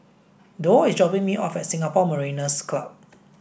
Dorr is dropping me off at Singapore Mariners' Club